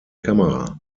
kamera